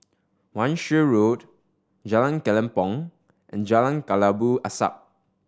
Wan Shih Road Jalan Kelempong and Jalan Kelabu Asap